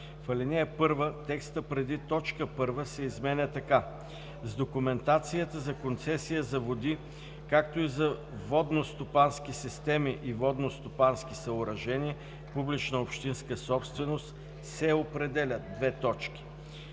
в ал. 1, текстът преди т. 1 се изменя така: „С документацията за концесия за води, както и за водностопански системи и водностопански съоръжения – публична общинска собственост, се определят:“; б)